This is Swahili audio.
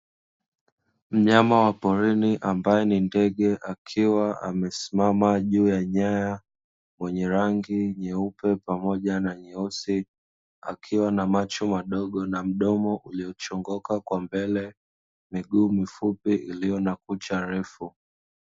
Mnyama wa porini ambaye ni ndege, akiwa amesimama juu ya nyaya, mwenye rangi nyeupe pamoja na nyeusi akiwa na macho madogo na mdomo uliochongoka kwa mbele, miguu mifupi iliyona kucha refu.